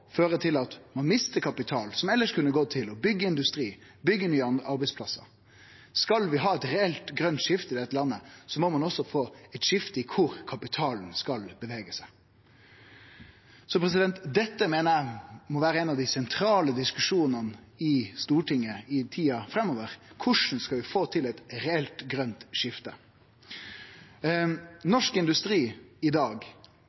fører til at ein mistar kapital, som elles kunne gått til å byggje industri, byggje nye arbeidsplassar. Skal vi ha eit reelt grønt skifte i dette landet, må ein også få eit skifte i kor kapitalen skal bevege seg. Dette meiner eg må vere ein av dei sentrale diskusjonane i Stortinget i tida framover – korleis skal vi få til eit reelt grønt skifte?